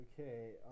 Okay